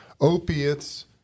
opiates